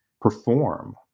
perform